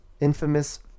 infamous